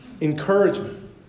encouragement